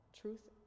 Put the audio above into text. Truth